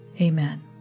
Amen